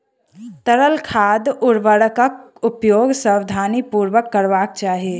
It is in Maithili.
तरल खाद उर्वरकक उपयोग सावधानीपूर्वक करबाक चाही